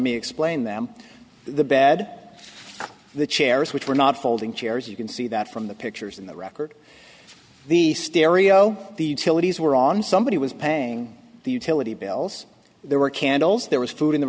me explain them the bed the chairs which were not folding chairs you can see that from the pictures in the record the stereo the utilities were on somebody was paying the utility bills there were candles there was food in the